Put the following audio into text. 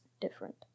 different